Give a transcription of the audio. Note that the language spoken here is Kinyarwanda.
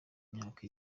imyaka